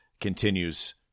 continues